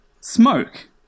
Smoke